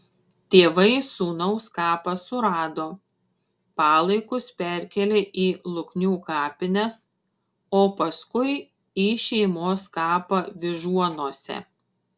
tėvai sūnaus kapą surado palaikus perkėlė į luknių kapines o paskui į šeimos kapą vyžuonose